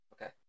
Okay